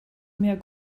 mehr